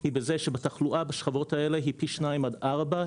היא בזה שבתחלואה בשכבות האלה היא פי שניים עד ארבע,